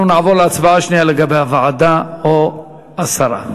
אנחנו נעבור להצבעה שנייה, לגבי הוועדה או הסרה.